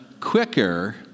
quicker